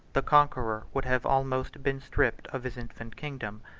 the conqueror would have almost been stripped of his infant kingdom,